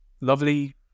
lovely